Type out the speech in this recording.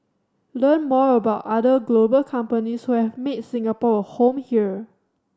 learn more about other global companies who have made Singapore a home here